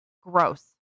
gross